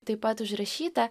taip pat užrašyta